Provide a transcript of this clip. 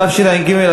התשע"ג 2013,